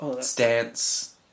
stance